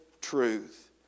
truth